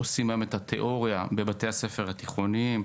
היום עושים את התאוריה בבתי הספר התיכוניים,